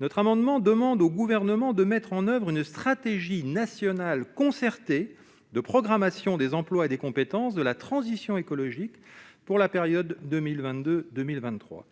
notre amendement demande au gouvernement de mettre en oeuvre une stratégie nationale concertée de programmation des emplois et des compétences de la transition écologique pour la période 2022 2023,